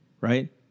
right